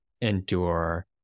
endure